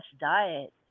diet